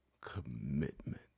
commitment